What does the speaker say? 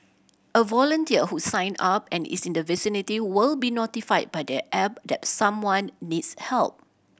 a volunteer who sign up and is in the vicinity will be notified by the app that someone needs help